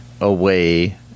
away